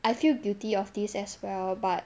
I feel guilty of this as well but